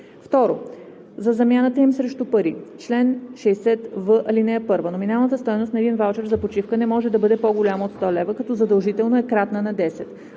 2. за замяната им срещу пари. Чл. 60в. (1) Номиналната стойност на един ваучер за почивка не може да бъде по-голяма от 100 лв., като задължително е кратна на 10.